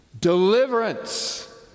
Deliverance